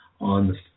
on